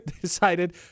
decided